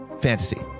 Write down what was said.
fantasy